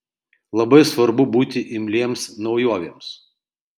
labai svarbu būti imliems naujovėms